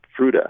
Fruta